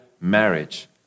marriage